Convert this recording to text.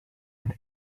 and